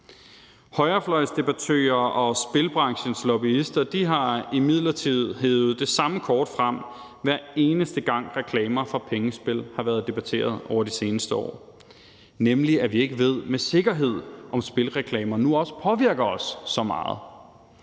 Højrefløjsdebattører og spilbranchens lobbyister har imidlertid hevet det samme kort frem, hver eneste gang reklamer for pengespil har været debatteret over de seneste år, nemlig at vi ikke ved med sikkerhed, om spilreklamer nu også påvirker os så meget.